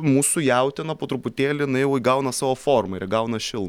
mūsų jautiena po truputėlį na jau įgauna savo formą ir įgauna šil